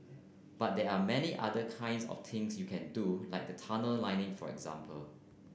but there are many other kinds of things you can do like the tunnel lining for example